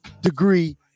degree